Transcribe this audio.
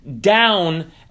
down